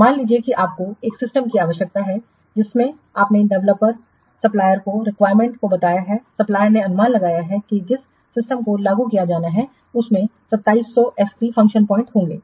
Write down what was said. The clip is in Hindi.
मान लीजिए कि आपको एक सिस्टमकी आवश्यकता है जिसे आपने डेवलपर सप्लायरको रिक्वायरमेंट्स को बताया है सप्लायरने अनुमान लगाया है कि जिस सिस्टमको लागू किया जाना है उसमें 2700 एफपी होंगे